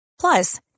Plus